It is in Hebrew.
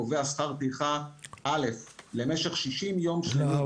קובע שכר טרחה א' למשך 60 יום --- לא,